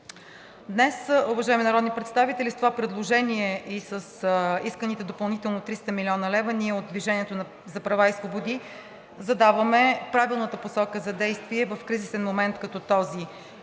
Днес, уважаеми народни представители, с това предложение и с исканите допълнително 300 млн. лв. ние от „Движение за права и свободи“ задаваме правилната посока за действие в кризисен момент като този